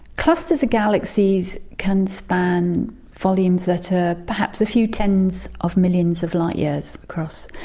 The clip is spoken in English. clusters of galaxies can span volumes that are perhaps a few tens of millions of light years across,